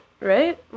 right